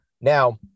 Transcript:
Now